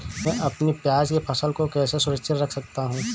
मैं अपनी प्याज की फसल को कैसे सुरक्षित रख सकता हूँ?